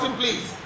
please